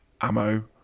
ammo